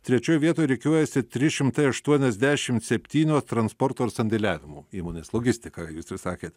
trečioj vietoj rikiuojasi trys šimtai aštuoniasdešimt septynios transporto sandėliavimo įmonės logistiką jūs jau sakėt